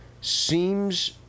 seems